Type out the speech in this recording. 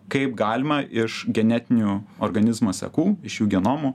kaip galima iš genetinių organizmo sekų iš jų genomų